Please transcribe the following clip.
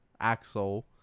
Axel